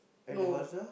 no